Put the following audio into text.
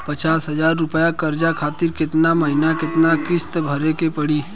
पचास हज़ार रुपया कर्जा खातिर केतना महीना केतना किश्ती भरे के पड़ी?